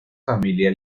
familia